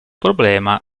problema